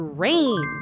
rain